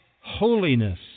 holiness